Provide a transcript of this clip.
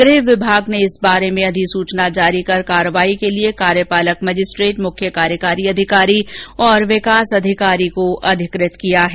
गृह विभाग ने इस बारे में अधिसूचना जारी कर कार्रवाई के लिये कार्यपालक मजिस्ट्रेट मुख्य कार्यकारी अधिकारी और विकास अधिकारी को अधिकृत किया है